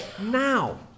now